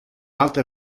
altre